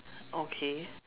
okay